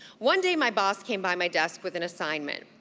one day, my boss came by my desk with an assignment.